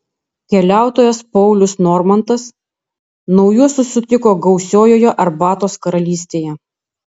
keliautojas paulius normantas naujuosius sutiko gausiojoje arbatos karalystėje